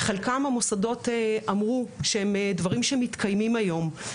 חלקם המוסדות אמרו דברים שמתקיימים היום,